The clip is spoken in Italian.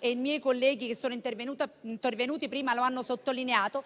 i miei colleghi intervenuti prima hanno sottolineato